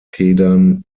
quedan